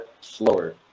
slower